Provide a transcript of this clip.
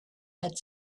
had